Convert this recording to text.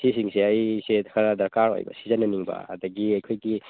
ꯁꯤꯁꯤꯡꯁꯦ ꯑꯩꯁꯦ ꯈꯔ ꯗꯔꯀꯥꯔ ꯑꯣꯏꯕ ꯁꯤꯖꯟꯅꯅꯤꯡꯕ ꯑꯗꯒꯤ ꯑꯩꯈꯣꯏꯒꯤ